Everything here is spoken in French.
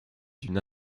d’une